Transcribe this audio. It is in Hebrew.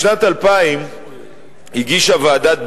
בשנת 2000 הגישה ועדת בן-בסט,